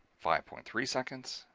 five point three seconds.